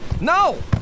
No